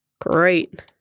Great